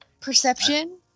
Perception